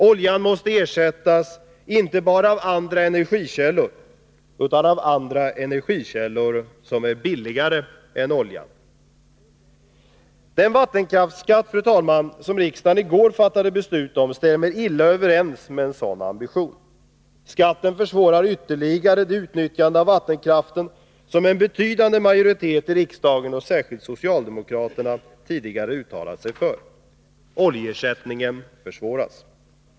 Oljan måste ersättas, inte bara av andra energikällor utan av andra energikällor som är billigare än oljan. Fru talman! Den vattenkraftsskatt som riksdagen i går fattade beslut om stämmer illa överens med en sådan ambition. Skatten försvårar ytterligare det utnyttjande av vattenkraften som en betydande majoritet i riksdagen — och särskilt socialdemokraterna — tidigare uttalat sig för. Oljeersättningen försvåras.